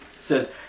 says